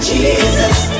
Jesus